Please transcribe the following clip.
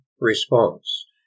response